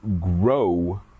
grow